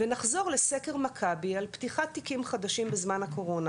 ונחזור לסקר מכבי על פתיחת תיקים חדשים בזמן הקורונה,